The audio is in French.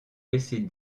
laisser